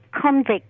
convict